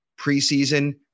preseason